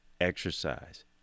exercise